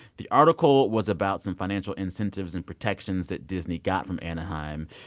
the article was about some financial incentives and protections that disney got from anaheim.